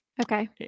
Okay